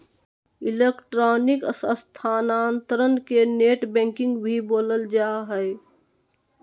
electronic स्थानान्तरण के net banking भी बोलल जा हइ